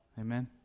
Amen